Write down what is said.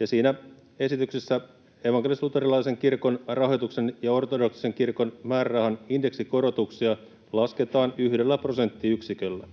ja siinä esityksessä evankelis-luterilaisen kirkon rahoituksen ja ortodoksisen kirkon määrärahan indeksikorotuksia lasketaan yhdellä prosenttiyksiköllä.